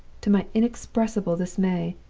to my inexpressible dismay,